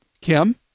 Kim